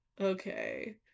Okay